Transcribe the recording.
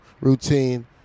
routine